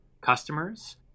customers